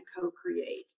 co-create